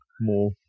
more